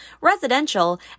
residential